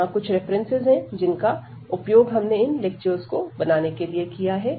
यह कुछ रेफरेंसेस है जिनका उपयोग हमने इन लेक्चर्स को बनाने के लिए किया है